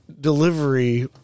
delivery